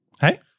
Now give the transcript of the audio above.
Hey